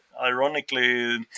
ironically